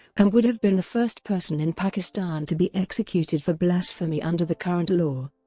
and would have been the first person in pakistan to be executed for blasphemy under the current law.